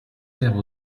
terre